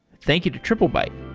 thank you to triplebyte